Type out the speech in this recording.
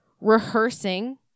rehearsing